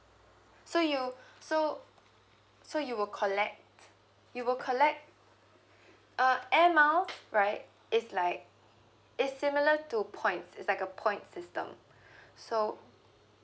so you so so you will collect you will collect uh air mile right is like it's similar to points is like a point system so